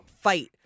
fight